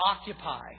occupy